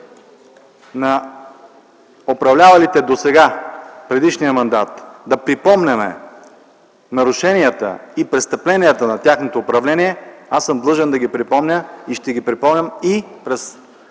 на управлявалите предишния мандат да припомняме нарушенията и престъпленията на тяхното управление, аз съм длъжен да ги припомня и ще ги припомням и през